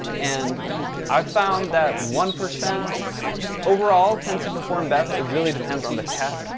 and i found that one percent overall tends to perform best, it really depends on the test.